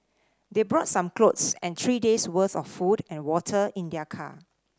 they brought some clothes and three days worth of food and water in their car